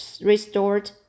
restored